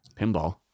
pinball